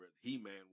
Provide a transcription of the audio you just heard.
He-Man